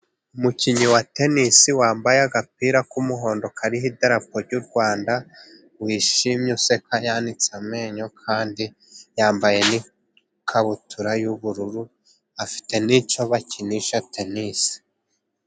Umukinnyi wa tenisi wambaye agapira k'umuhondo, kariho idarapo ry'u Rwanda, wishimye, useka yanitse amenyo kandi yambaye n'ikabutura y'ubururu afite n'icyo bakinisha tenisi.